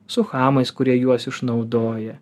su chamais kurie juos išnaudoja